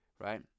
right